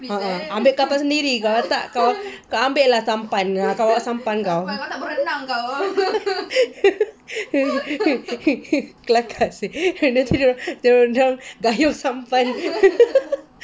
a'ah ambil kapal sendiri kalau tak kau kau ambil lah sampan kau bawa sampan kau kelakar seh nanti dorang dayung sampan